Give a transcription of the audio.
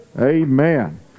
Amen